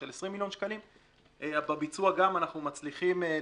משום שאף אחד לא רוצה להסתבך.